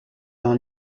dans